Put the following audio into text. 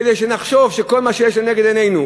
כדי שנחשוב שכל מה שיש לנגד עינינו